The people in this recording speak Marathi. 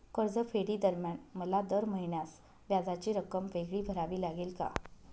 कर्जफेडीदरम्यान मला दर महिन्यास व्याजाची रक्कम वेगळी भरावी लागेल का?